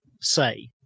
say